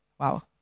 wow